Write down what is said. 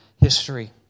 history